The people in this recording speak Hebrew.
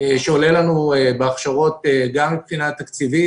שעולה לנו בהכשרות גם מבחינה תקציבית